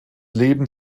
leben